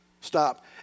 stop